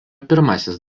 pirmasis